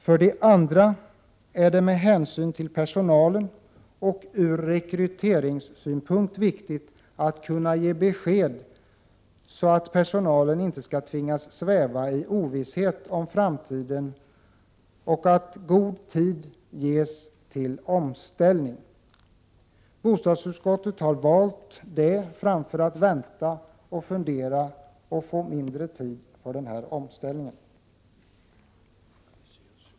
För det andra är det med hänsyn till personalen och från rekryteringssynpunkt viktigt att kunna ge besked, så att personalen inte skall tvingas sväva i ovisshet om framtiden och så att god tid ges till omställning. Bostadsutskottet har valt det alternativet framför att vänta och fundera och därmed ge mindre tid för denna omställning.